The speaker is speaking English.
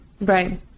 Right